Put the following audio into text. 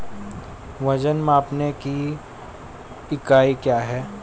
वजन मापने की इकाई क्या है?